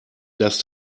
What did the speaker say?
dass